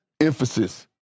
Emphasis